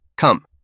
Come